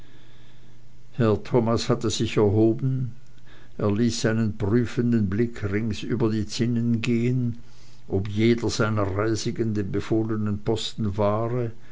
thomas hatte sich erhoben er ließ seinen prüfenden blick rings über die zinnen gehen ob jeder seiner reisigen den befohlenen posten wahre